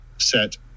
set